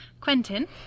Quentin